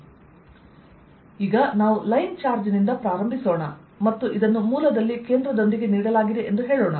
ಆದ್ದರಿಂದ ನಾವು line charge ನಿಂದ ಪ್ರಾರಂಭಿಸೋಣ ಮತ್ತು ಇದನ್ನು ಮೂಲದಲ್ಲಿ ಕೇಂದ್ರದೊಂದಿಗೆ ನೀಡಲಾಗಿದೆ ಎಂದು ಹೇಳೋಣ